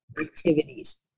activities